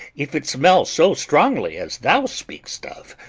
if it smell so strongly as thou speak'st of.